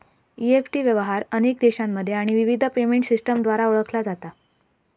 EFT व्यवहार अनेक देशांमध्ये आणि विविध पेमेंट सिस्टमद्वारा ओळखला जाता